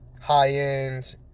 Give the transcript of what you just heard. high-end